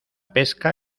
pesca